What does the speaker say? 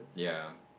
yea